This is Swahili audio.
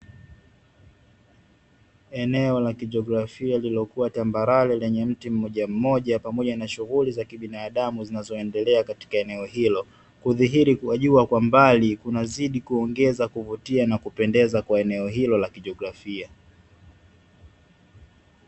Eneo la kijiografia lililokuwa tambarare lenye mti mmoja mmoja pamoja na shughuli za kibinadamu, zinazoendelea katika eneo hilo kudhihiri kuhajiwa kwa mbali kuna zidi kuongeza kuvutia na kupendeza kwa eneo hilo la kijiografia.